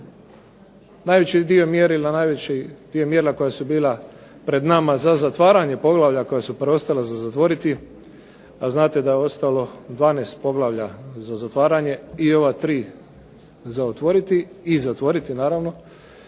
najveći dio mjerila koja su bila pred nama za zatvaranje poglavlja koja su preostala za zatvoriti, a znate da je ostalo 12 poglavlja za zatvaranje i ova tri za otvoriti i zatvoriti naravno,